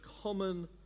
common